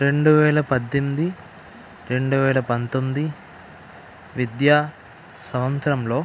రెండు వేల పద్దెనిమిది రెండు వేల పంతొమ్మిది విద్యా సంవత్సరంలో